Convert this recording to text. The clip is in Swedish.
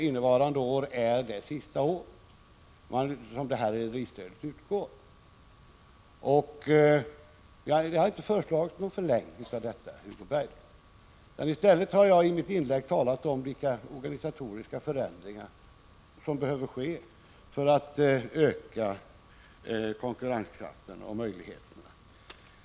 Innevarande år är det sista året som rederistödet utgår. Vi har inte föreslagit någon förlängning av detta, Hugo Bergdahl. I stället har jag i mitt inlägg talat om vilka organisatoriska förändringar som behöver ske för att öka konkurrenskraften och möjligheterna.